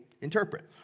interpret